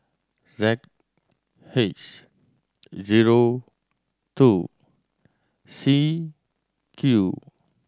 Z H zero two C Q